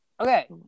Okay